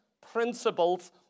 principles